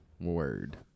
Word